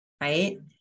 right